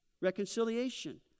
reconciliation